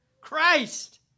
Christ